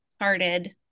hearted